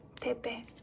Pepe